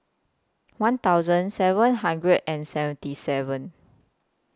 one thousand seven hundred and seventy seven